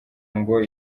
ngo